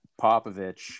Popovich